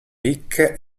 ricche